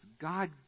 God